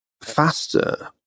faster